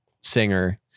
singer